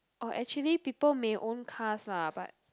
or actually people may own cars lah but